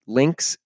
links